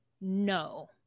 No